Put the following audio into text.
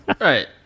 Right